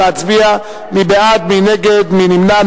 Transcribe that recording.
נא להצביע, מי בעד, מי נגד, מי נמנע.